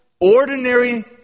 ordinary